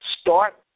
Start